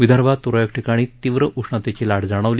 विदर्भात तुरळक ठिकाणी तीव्र उष्णतेची लाट जाणवली